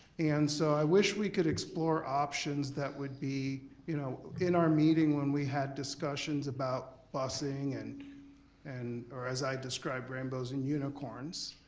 and so i wish we could explore options that would be you know in our meeting when we had discussions about busing and and or as i described, rainbows and unicorns.